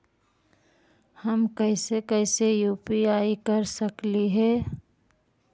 हम कैसे कैसे यु.पी.आई कर सकली हे?